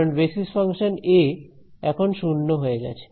কারণ basis function এ এখন শূন্য হয়ে গেছে